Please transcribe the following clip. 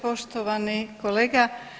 Poštovani kolega.